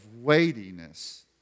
weightiness